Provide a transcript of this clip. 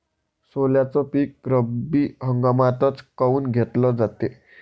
सोल्याचं पीक रब्बी हंगामातच काऊन घेतलं जाते?